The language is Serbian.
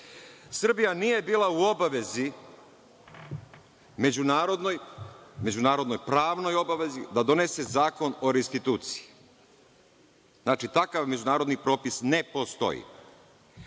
Srbija nije bila u obavezi međunarodnoj, međunarodno pravnoj obavezi da donese Zakon o restituciji. Znači, takav međunarodni propis ne postoji.